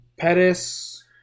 Pettis